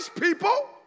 people